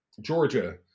Georgia